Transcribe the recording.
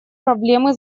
проблемы